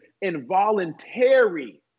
involuntary